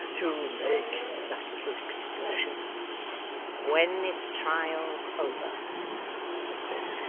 to make that little excursion when this trial's over said quilp.